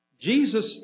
Jesus